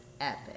epic